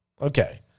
Okay